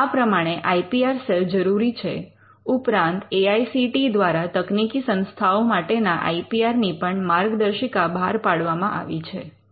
અથવા પ્રમાણ અથવા તે આપવાની પ્રક્રિયા Innovation ઇનોવેશન નવીનીકરણ Extension એક્સ્ટેન્શન સંશોધનનું બજાર ઉદ્યોગ અથવા સમાજમાં વિસ્તૃતીકરણ Innovation ecosystem ઇનોવેશન ઇકોસિસ્ટમ નવીનીકરણ માટે અનુરૂપ વાતાવરણ અને પર્યાપ્ત વ્યવસ્થાઓ Affiliated ઍફિલિયેટેડ વિશ્વવિદ્યાલય દ્વારા જેને માન્યતા મેળવેલ Elective ઇલેક્ટિવ વૈકલ્પિક Course કૉર્સ અભ્યાસક્રમ